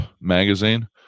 magazine